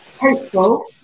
hopeful